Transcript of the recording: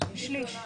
הבא.